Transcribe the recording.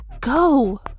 Go